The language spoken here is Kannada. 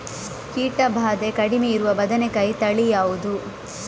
ಕೀಟ ಭಾದೆ ಕಡಿಮೆ ಇರುವ ಬದನೆಕಾಯಿ ತಳಿ ಯಾವುದು?